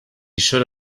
should